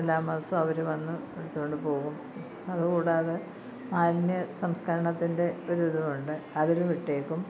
എല്ലാമാസവും അവര് വന്ന് എടുത്തുകൊണ്ട് പോകും അത് കൂടാതെ മാലിന്യസംസ്കരണത്തിൻ്റെ ഒരിതും ഉണ്ട് അതിലും ഇട്ടേക്കും